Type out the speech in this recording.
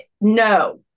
no